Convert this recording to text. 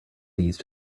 these